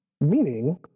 Meaning